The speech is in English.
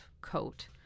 coat